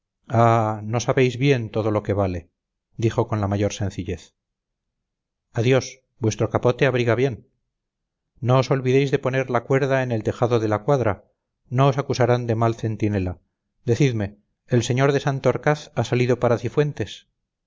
ah no sabéis bien todo lo que vale dijo con la mayor sencillez adiós vuestro capote abriga bien no os olvidéis de poner la cuerda en el tejado de la cuadra no os acusarán de mal centinela decidme el señor de santorcaz ha salido para cifuentes